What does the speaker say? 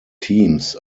teams